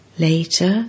Later